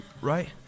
Right